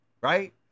right